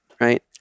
right